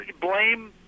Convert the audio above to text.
Blame